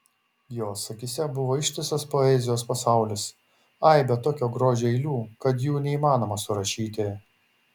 jos akyse buvo ištisas poezijos pasaulis aibė tokio grožio eilių kad jų neįmanoma surašyti